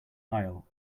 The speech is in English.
aisle